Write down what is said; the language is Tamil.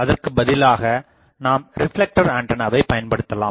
அதற்குபதிலாக நாம் ரிப்ளெக்டர் ஆண்டனாவை பயன்படுத்தலாம்